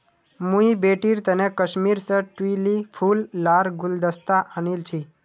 मुई बेटीर तने कश्मीर स ट्यूलि फूल लार गुलदस्ता आनील छि